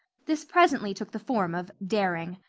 this presently took the form of daring.